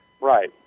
Right